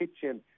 kitchen